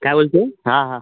काय बोलतोय हां हां